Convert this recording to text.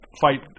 fight